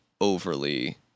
overly